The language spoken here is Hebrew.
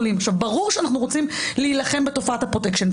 ואנחנו רוצים מאוד להיאבק בפשיעה